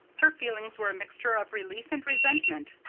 her feelings were a mixture of relief and resentment.